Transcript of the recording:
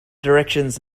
directions